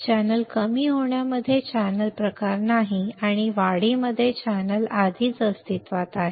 channel कमी होण्यामध्ये channel प्रकार नाही आणि वाढीमध्ये चॅनेल आधीच अस्तित्वात आहे